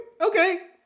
Okay